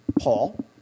Paul